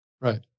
Right